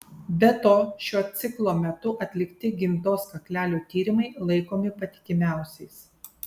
be to šiuo ciklo metu atlikti gimdos kaklelio tyrimai laikomi patikimiausiais